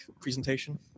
presentation